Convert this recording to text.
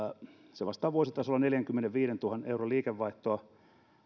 se vastaa vuositasolla neljänkymmenenviidentuhannen euron liikevaihtoa myös tällainen